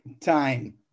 time